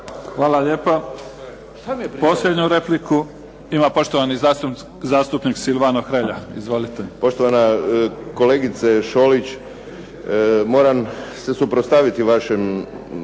Hvala lijepa. Posljednju repliku ima poštovani zastupnik Silvano Hrelja. Izvolite. **Hrelja, Silvano (HSU)** Poštovana kolegice Šolić, moram se suprotstaviti vašoj